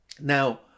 Now